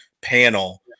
panel